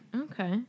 okay